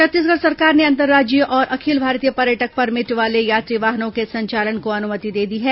छत्तीसगढ़ सरकार ने अंतर्राज्यीय और अखिल भारतीय पर्यटक परमिट वाले यात्री वाहनों के संचालन को अनुमति दे दी है